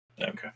Okay